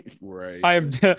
Right